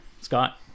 Scott